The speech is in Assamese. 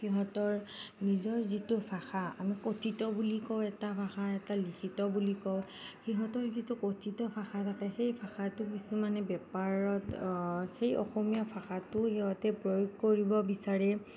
সিহঁতৰ নিজৰ যিটো ভাষা আমি কথিত বুলি কওঁ এটা ভাষা এটা লিখিত বুলি কওঁ সিহঁতৰ যিটো কথিত ভাষা থাকে সেই ভাষাটো কিছুমানে বেপাৰত সেই অসমীয়া ভাষাটো সিহঁতে প্ৰয়োগ কৰিব বিচাৰে